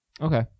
Okay